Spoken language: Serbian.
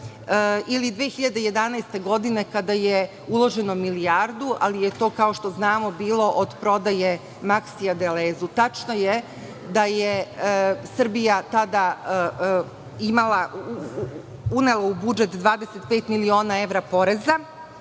ili 2011. godine kada je uloženo milijardu, ali je to kao što znamo bilo od prodaje „Maksija“ „Delezu“. Tačno je da je Srbija tada unela u budžet 25 miliona evra poreza,